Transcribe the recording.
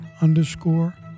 underscore